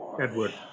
Edward